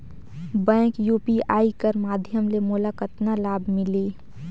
Bank UPI कर माध्यम ले मोला कतना लाभ मिली?